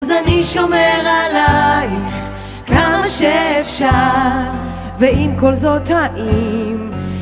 אז אני שומר עלייך כמה שאפשר ועם כל זאת האם